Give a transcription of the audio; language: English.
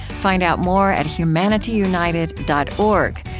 find out more at humanityunited dot org,